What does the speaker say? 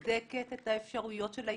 בודקת את האפשרויות של התנדבות,